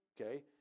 Okay